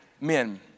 men